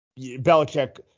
Belichick